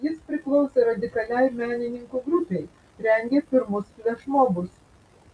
jis priklausė radikaliai menininkų grupei rengė pirmus flešmobus